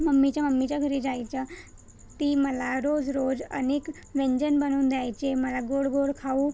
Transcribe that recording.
मम्मीच्या मम्मीच्या घरी जायचं ती मला रोज रोज अनेक व्यंजन बनवून द्यायचे मला गोड गोड खाऊ